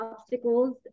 obstacles